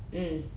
mm